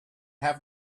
have